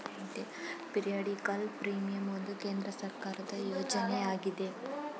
periodical premium ಒಂದು ಕೇಂದ್ರ ಸರ್ಕಾರದ ಯೋಜನೆ ಆಗಿದೆ